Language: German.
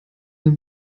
den